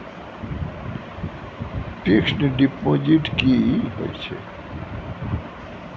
Fixed deposit की होय छै?